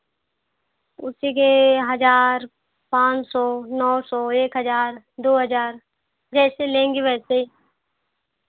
उसी के हज़ार पाँच सौ नौ सौ एक हज़ार दो हज़ार जैसे लेंगे वैसे